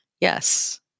yes